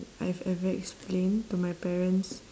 I've ever explained to my parents